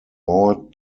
more